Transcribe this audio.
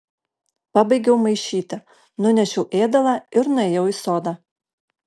pabaigiau maišyti nunešiau ėdalą ir nuėjau į sodą